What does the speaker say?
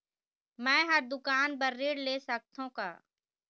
मैं हर दुकान बर ऋण ले सकथों का?